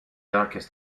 darkest